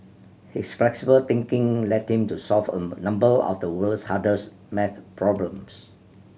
his flexible thinking led him to solve a number of the world's hardest maths problems